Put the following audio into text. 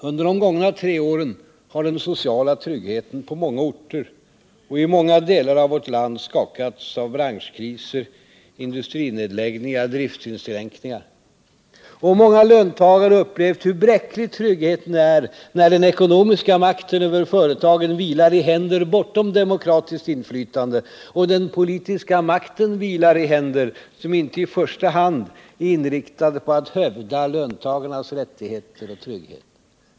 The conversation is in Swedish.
Under de gångna tre åren har den sociala tryggheten på många orter och i många delar av vårt land skakats av branschkriser, industrinedläggningar, driftinskränkningar. Och många löntagare har upplevt hur bräcklig tryggheten är när den ekonomiska makten över företagen vilar i händer bortom demokratiskt inflytande och den politiska makten vilar i händer, som inte i första hand är inriktade på att hävda löntagarnas rättigheter och trygghet.